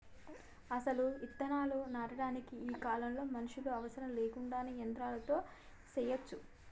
అసలు ఇత్తనాలు నాటటానికి ఈ కాలంలో మనుషులు అవసరం లేకుండానే యంత్రాలతో సెయ్యచ్చు